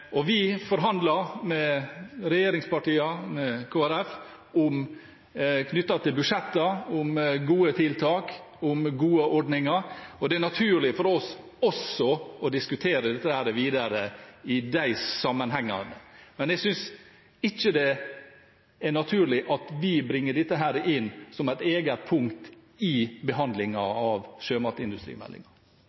Vi forhandler med regjeringspartiene og med Kristelig Folkeparti om budsjettene, om gode tiltak, om gode ordninger. Det er naturlig for oss også å diskutere dette videre i de sammenhengene. Men jeg synes ikke det er naturlig at vi bringer dette inn som et eget punkt i behandlingen av